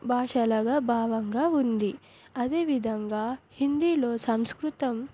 భాషలుగా భావంగా ఉంది అదేవిధంగా హిందీలో సంస్కృతం